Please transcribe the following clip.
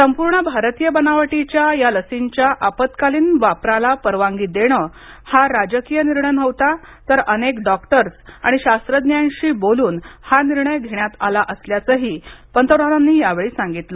संपूर्ण भारतीय बनावटीच्या या लसींच्या आपत्कालीन वापराला परवानगी देण हा राजकीय निर्णय नव्हता तर अनेक डॉक्टर्स आणि शास्त्रज्ञाशी बोलून हा निर्णय घेण्यात आला असल्याचंही पंतप्रधानांनी यावेळी सांगितलं